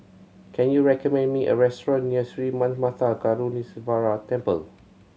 can you recommend me a restaurant near Sri Manmatha Karuneshvarar Temple